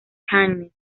cannes